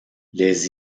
les